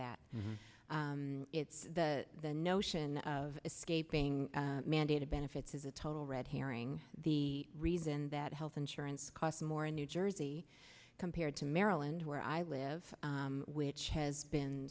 that it's the notion of escaping mandated benefits is a total red herring the reason that health insurance costs more in new jersey compared to maryland where i live which has been